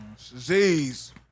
Z's